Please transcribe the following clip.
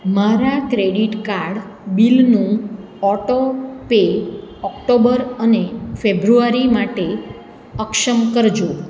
મારા credit card બીલનું auto pay October અને ફેબ્રુઆરી માટે અક્ષમ કરજો